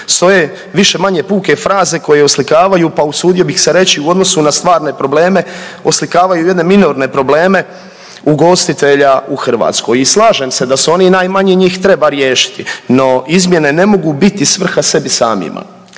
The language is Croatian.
stoje više-manje puke fraze koje oslikavaju, pa usudio bih se reći u odnosu na stvarne probleme oslikavaju jedne minorne probleme ugostitelja u Hrvatskoj. I slažem se da su oni i najmanji njih treba riješiti, no izmjene ne mogu biti svrha sebi samima.